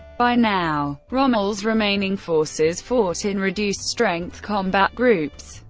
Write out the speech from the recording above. by now, rommel's remaining forces fought in reduced strength combat groups,